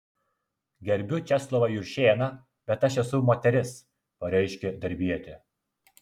gerbiu česlovą juršėną bet aš esu moteris pareiškė darbietė